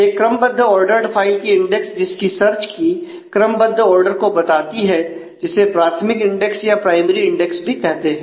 एक क्रमबद्ध ordered file की इंडेक्स जिसकी सर्च की भी कहते हैं